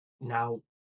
Now